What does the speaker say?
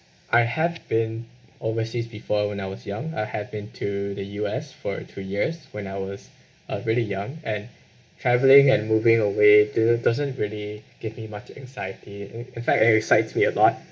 I have been overseas before when I was young I had been to the U_S for two years when I was uh really young and travelling and moving away didn't doesn't really give me much anxiety and in fact it excites me a lot